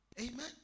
Amen